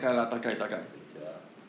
等下啊